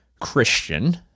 Christian